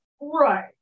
right